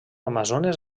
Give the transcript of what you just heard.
amazones